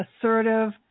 assertive